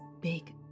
big